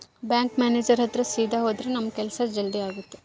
bank manager ಹತ್ರ ಸೀದಾ ಹೋದ್ರ ನಮ್ ಕೆಲ್ಸ ಜಲ್ದಿ ಆಗುತ್ತೆ